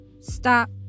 stop